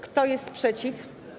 Kto jest przeciw?